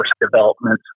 development